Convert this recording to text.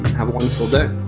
have a wonderful day